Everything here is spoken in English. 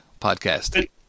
podcast